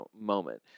moment